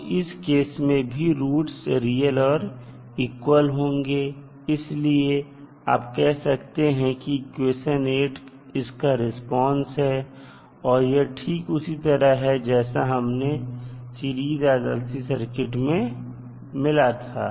तो इस केस में भी रूट्स रियल और इक्वल होंगे इसलिए आप कह सकते हैं कि इक्वेशन 8 इसका रिस्पांस है और यह ठीक उसी तरह है जैसा हमें सीरीज RLC सर्किट में मिला था